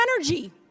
energy